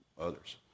others